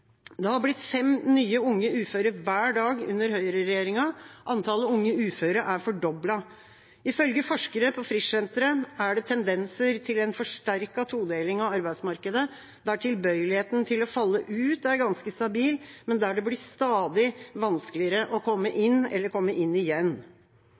uføre er doblet. Ifølge forskere på Frischsenteret er det «tendenser til en forsterket todeling av arbeidsmarkedet, der tilbøyeligheten til å ‘falle ut’ er ganske stabil, men der det blir stadig vanskeligere å komme